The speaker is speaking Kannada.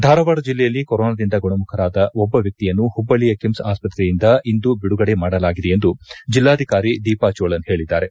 ಧಾರವಾಡ ಜಿಲ್ಲೆಯಲ್ಲಿ ಕೊರೊನಾದಿಂದ ಗುಣಮುಖರಾದ ಒಬ್ಬ ವ್ಯಕ್ತಿಯನ್ನು ಹುಬ್ಬಳ್ಳಿಯ ಕಿಮ್ಸ್ ಆಸ್ತತೆಯಿಂದ ಇಂದು ಬಿಡುಗಡೆ ಮಾಡಲಾಗಿದೆ ಎಂದು ಜಿಲ್ಲಾಧಿಕಾರಿ ದೀಪಾ ಜೋಳನ್ ಹೇಳದ್ದಾರೆ